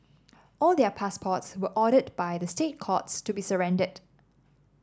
all their passports were ordered by the State Courts to be surrendered